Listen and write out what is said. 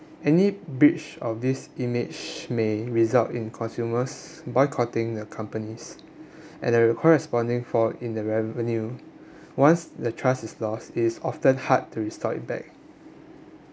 any breach of this image may result in consumers boycotting the companies and their corresponding fall in the revenue once the trust is lost it's often hard to restore it back